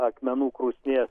akmenų krūsnies